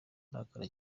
arakara